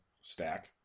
stack